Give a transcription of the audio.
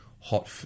hot